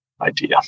idea